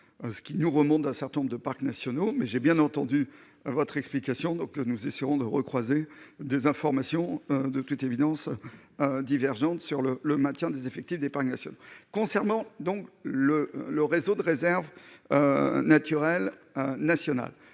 ce qui nous remonte d'un certain nombre de parcs nationaux, mais j'ai bien entendu à votre explication que nous essaierons de recroiser des informations, de toute évidence divergentes sur le le maintien des effectifs des parcs nationaux concernant donc le le réseau de réserve naturelle nationale